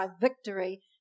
victory